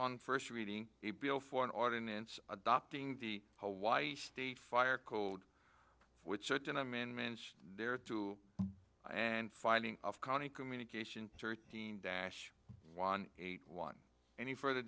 on first reading the bill for an ordinance adopting the hawaii state fire code with certain amendments and finding of county communication thirteen dash one eight one any further